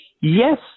yes